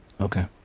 Okay